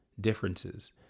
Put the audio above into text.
differences